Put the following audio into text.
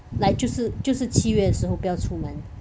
like 就是就是七月的时候不要出门